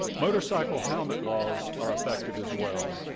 motorcycle helmet laws are effective, as well.